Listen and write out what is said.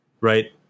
right